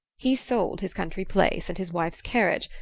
he sold his country-place and his wife's carriage,